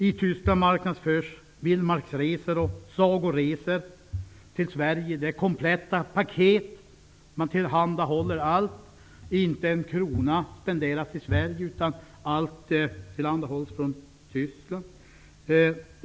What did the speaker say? I Tyskland marknadsförs vildmarksresor och sagoresor till Sverige som kompletta paket. Man tillhandahåller allt. Inte en krona spenderas i Sverige, utan allt tillhandahålls från Tyskland.